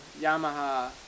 Yamaha